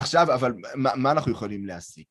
עכשיו, אבל מה אנחנו יכולים להסיק?